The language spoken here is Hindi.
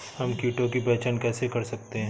हम कीटों की पहचान कैसे कर सकते हैं?